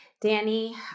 Danny